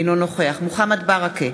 אינו נוכח מוחמד ברכה,